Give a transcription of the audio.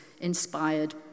inspired